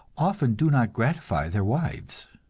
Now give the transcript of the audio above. often do not gratify their wives.